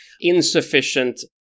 insufficient